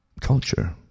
culture